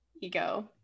ego